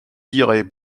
dirai